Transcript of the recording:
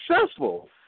successful